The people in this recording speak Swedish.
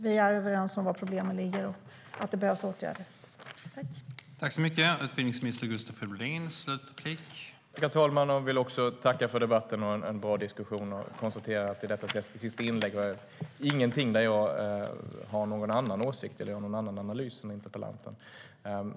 Vi är överens om var problemen ligger och att det behövs åtgärder.